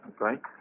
Okay